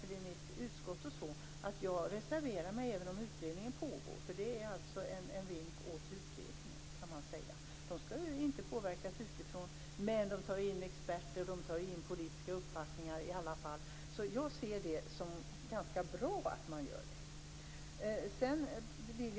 Djurförsök skall både till sitt antal, till mängden av djur som används och till det lidande som djur utsätts för begränsas i allra mesta möjliga mån. Vi säger däremot inte att djurförsök kan avvecklas. Utredningen har inte fått direktiv om att arbeta med en avvecklingsplan. Detta grundas på vår bedömning att vi inte klarar oss utan djurförsök i vårt samhälle.